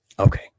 Okay